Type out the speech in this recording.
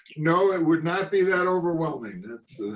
no it would not be that overwhelming?